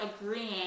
agreeing